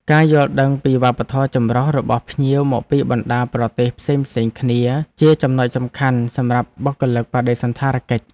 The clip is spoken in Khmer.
ការយល់ដឹងពីវប្បធម៌ចម្រុះរបស់ភ្ញៀវមកពីបណ្តាប្រទេសផ្សេងៗគ្នាជាចំណុចសំខាន់សម្រាប់បុគ្គលិកបដិសណ្ឋារកិច្ច។